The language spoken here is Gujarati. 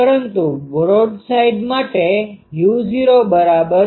પરંતુ બ્રોડસાઈડ માટે u00 છે